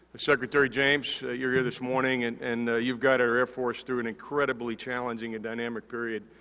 secretary james, you're here this morning and and you've got our air force through an incredibly challenging and dynamic period.